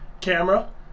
camera